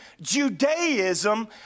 Judaism